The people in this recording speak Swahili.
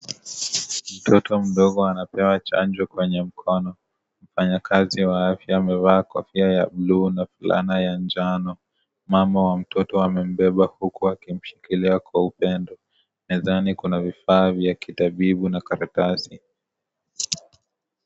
Mtoto mdogo anapewa chanjo kwenye mkono. Mfanyakazi wa afya amevaa kofia ya buluu na fulana ya njano. Mama wa mtoto amembeba huku akimshikilia kwa upendo. Mezani kuna vifaa vya kitabibu na karatasi.